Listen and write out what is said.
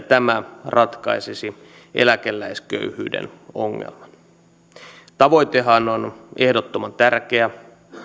tämä ratkaisisi eläkeläisköyhyyden ongelman tavoitehan on ehdottoman tärkeä